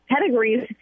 pedigrees